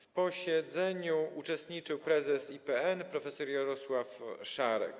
W posiedzeniu uczestniczył prezes IPN prof. Jarosław Szarek.